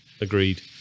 agreed